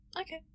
Okay